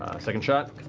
second shot?